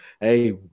hey